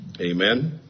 Amen